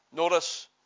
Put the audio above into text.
Notice